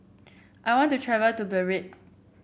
I want to travel to Beirut